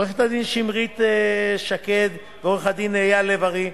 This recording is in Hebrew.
עורכת-דין שמרית שקד ועורך-דין אייל לב-ארי,